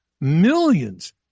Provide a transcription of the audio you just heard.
millions